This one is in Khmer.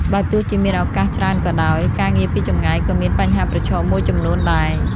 បើទោះជាមានឱកាសច្រើនក៏ដោយ ការងារពីចម្ងាយក៏មាន បញ្ហាប្រឈម មួយចំនួនដែរ។